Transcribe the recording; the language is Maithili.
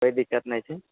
कोई दिक्कत नहि छै